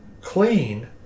clean